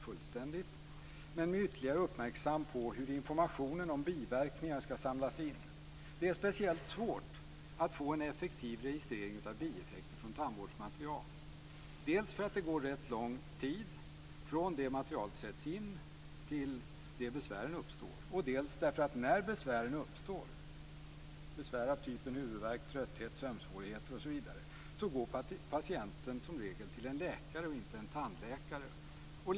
Men det skall ske med ytterligare uppmärksamhet på hur information om biverkningar skall samlas in. Det är speciellt svårt att få en effektiv registrering av bieffekter från tandvårdsmaterial, dels därför att det går rätt lång tid från det att materialet sätts in tills besvären uppstår, dels därför att när besvären uppstår, av typen huvudvärk, trötthet, sömnsvårigheter osv., går patienten som regel till en läkare och inte till en tandläkare.